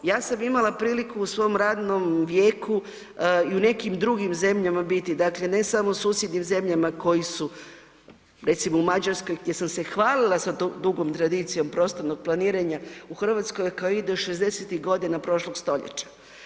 Ja sam imala priliku u svom radnom vijeku i u nekim drugim zemljama biti dakle, ne samo susjednim zemljama koji su recimo, u Mađarskoj gdje sam se hvalila sa tom drugom tradicijom prostornog planiranja u Hrvatskoj, kao ide od 60-ih godina prošlog stoljeća.